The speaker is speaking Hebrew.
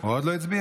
הוא עוד לא הצביע?